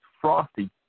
frosty